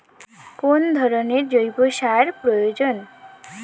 কোন ধরণের জৈব সার প্রয়োজন?